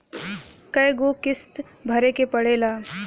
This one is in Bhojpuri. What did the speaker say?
कय गो किस्त भरे के पड़ेला?